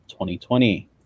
2020